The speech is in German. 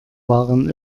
waren